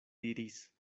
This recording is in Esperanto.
diris